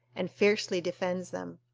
and fiercely defends them.